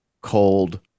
cold